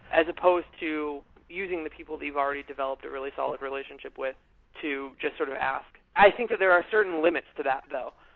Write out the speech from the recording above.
as supposed to using the people that you've already developed a really solid relationship with to just sort of ask i think that there are certain limits to that though.